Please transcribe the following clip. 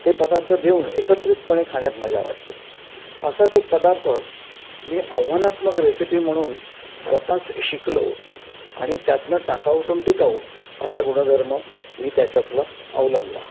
ते पदार्थ देऊन एकत्रितपणे खाण्यात मजा वाटते असाच एक पदार्थ मी आव्हानात्मक रेसिपी म्हणून स्वतःच शिकलो आणि त्यातनं टाकाऊतून टिकाऊ असा गुणधर्म मी त्याच्यातला अवलंबला